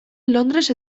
londres